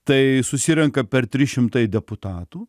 tai susirenka per trys šimtai deputatų